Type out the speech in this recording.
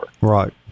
right